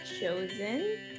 chosen